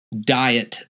diet